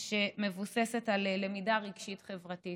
שמבוססת על למידה רגשית-חברתית.